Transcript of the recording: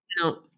No